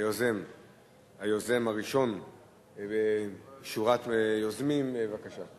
הראשון בשורת יוזמים, בבקשה.